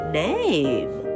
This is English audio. name